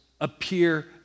appear